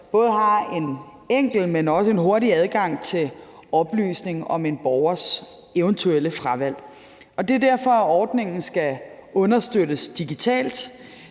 både har en enkel, men også hurtig adgang til oplysninger om en borgers eventuelle fravalg. Det er derfor, ordningen skal understøttes digitalt.